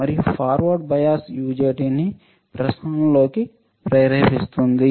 మరియు forward bias UJT నీ ప్రసరణలోకి ప్రేరేపిస్తుంది